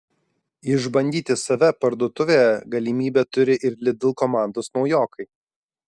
išbandyti save parduotuvėje galimybę turi ir lidl komandos naujokai